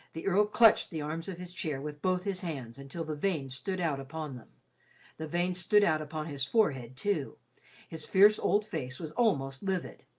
the earl clutched the arms of his chair with both his hands until the veins stood out upon them the veins stood out on his forehead too his fierce old face was almost livid.